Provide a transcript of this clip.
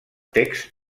text